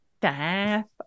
Death